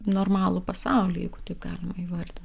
normalų pasaulį jeigu taip galima įvardint